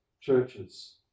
churches